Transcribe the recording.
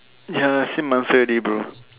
ya Xin-Man say already bro